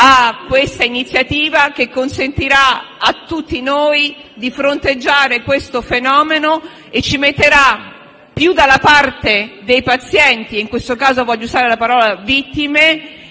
a questa iniziativa, che consentirà a tutti noi di fronteggiare questo fenomeno e ci metterà più dalla parte dei pazienti (in questo caso voglio usare la parola «vittime»)